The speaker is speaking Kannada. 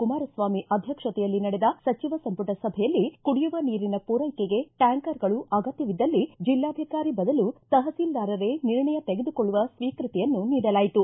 ಕುಮಾರಸ್ವಾಮಿ ಅಧ್ಯಕ್ಷತೆಯಲ್ಲಿ ನಡೆದ ಸಚಿವ ಸಂಪುಟ ಸಭೆಯಲ್ಲಿ ಕುಡಿಯುವ ನೀರಿನ ಪೂರೈಕೆಗೆ ಟ್ಗಾಂಕರ್ಗಳು ಅಗತ್ತವಿದ್ದಲ್ಲಿ ಜೆಲ್ಲಾಧಿಕಾರಿ ಬದಲು ತಹಸೀಲ್ದಾರರೇ ನಿರ್ಣಯ ತೆಗೆದುಕೊಳ್ಳುವ ಸ್ವೀಕೃತಿಯನ್ನು ನೀಡಲಾಯಿತು